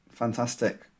Fantastic